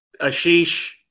Ashish